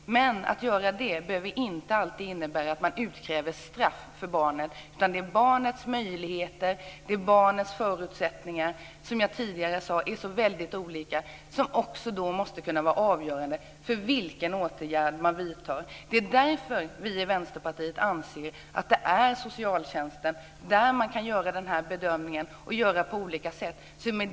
Men det behöver inte alltid innebära att man utkräver straff. Det är barnets möjligheter och förutsättningar, som jag tidigare sade är så väldigt olika, som måste kunna vara avgörande för vilken åtgärd man vidtar. Det är därför vi i Vänsterpartiet anser att det är socialtjänsten som kan göra den här bedömningen och som ska göra den.